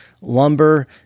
lumber